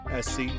SC